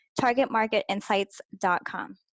targetmarketinsights.com